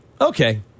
okay